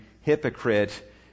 hypocrite